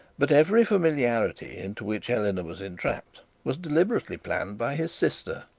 but every familiarity into which eleanor was entrapped was deliberately planned by his sister.